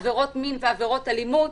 עבירות מין ועבירות אלימות,